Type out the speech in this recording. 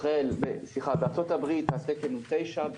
בארצות הברית התקן הוא 9,